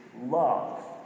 love